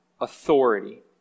authority